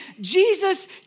Jesus